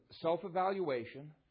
self-evaluation